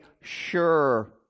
sure